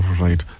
right